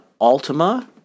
Altima